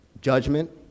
judgment